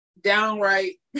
downright